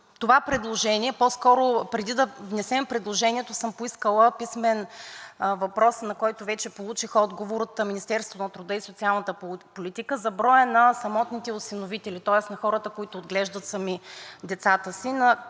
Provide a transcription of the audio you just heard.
това предложение, по-скоро преди да внесем предложението, съм поискала писмен въпрос, на който вече получих отговор от Министерството на труда и социалната политика, за броя на самотните осиновители, тоест на хората, които отглеждат сами децата си.